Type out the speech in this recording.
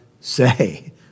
say